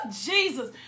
Jesus